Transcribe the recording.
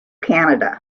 canada